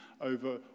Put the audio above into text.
over